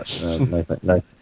no